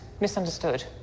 Misunderstood